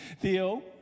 Theo